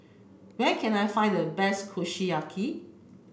where can I find the best Kushiyaki